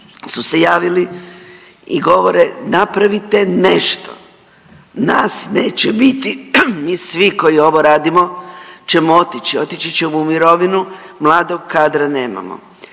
su se javili i govore napravite nešto, nas neće biti, mi svi koji ovo radimo ćemo otići, otići ćemo u mirovinu, mladog kadra nemamo.